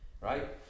right